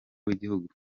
w’igihugu